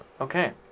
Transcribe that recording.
Okay